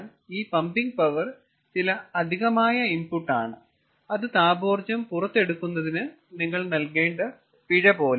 അതിനാൽ ഈ pumping power ചില അധികമായ ഇൻപുട്ട് ആണ് അത് താപോർജ്ജം പുറത്തെടുക്കുന്നതിന് നിങ്ങൾ നൽകേണ്ട പിഴ പോലെയാണ്